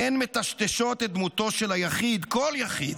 הן מטשטשות את דמותו של היחיד, כל יחיד,